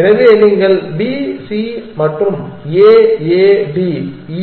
எனவே நீங்கள் B C மற்றும் A A D